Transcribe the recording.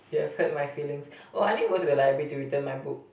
you've hurt my feelings oh I need go to the library to return my book